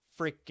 freaking